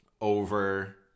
over